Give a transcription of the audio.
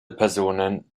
personen